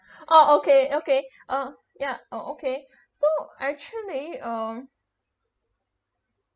oh okay okay uh ya oh okay so actually um